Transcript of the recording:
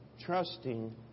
trusting